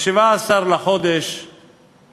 ב-17 בנובמבר